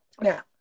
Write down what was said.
now